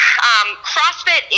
CrossFit